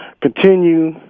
continue